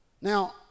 Now